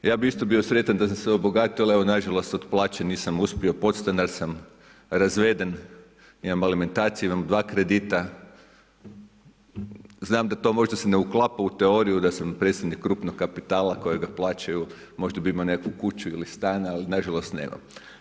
Ja bi isto bio sretan da sam se obogatio, evo nažalost, od plaće nisam uspio, podstanar sam, razveden, imam alimentaciju, imam 2 kredita, znam da to možda se ne uklapa u teorija da sam predsjednik krupnog kapitala kojega plaćaju, možda bi imao nekakvu kuću ili stan, ali nažalost, nemam.